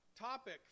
topic